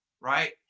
Right